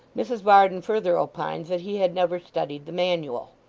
mrs varden further opined that he had never studied the manual.